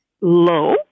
low